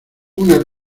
una